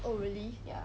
oh really